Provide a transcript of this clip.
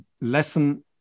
lesson